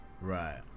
right